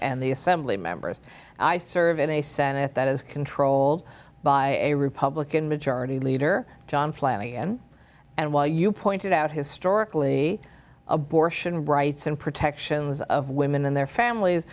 and the assembly members i serve in a senate that is controlled by a republican majority leader john flanagan and while you pointed out historically abortion rights and protections of women and their families